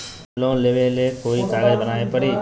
Loan लेबे ले कोई कागज बनाने परी?